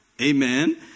Amen